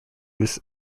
was